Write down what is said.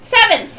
Seven